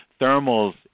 thermals